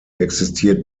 existiert